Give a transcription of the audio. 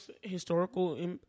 historical